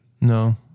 No